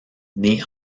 nés